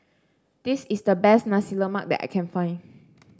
this is the best Nasi Lemak that I can find